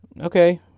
Okay